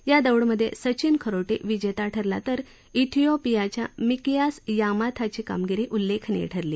या दौडमधे सचीन खरोटे विजेता ठरला तर इथियोपियाच्या मिकीयास यामाथाची कामगिरी उल्लेखनीय ठरली